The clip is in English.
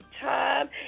time